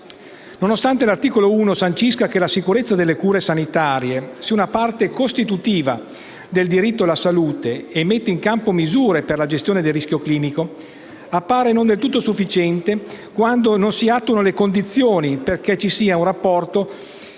Nonostante l'articolo 1 sancisca che la sicurezza delle cure sanitarie sia una parte costitutiva del diritto alla salute e metta in campo misure per la gestione del rischio clinico, appare non del tutto sufficiente quando non si attuino le condizioni perché ci sia un rapporto